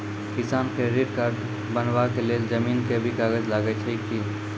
किसान credit card बनबा के लेल जमीन के भी कागज लागै छै कि?